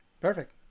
Perfect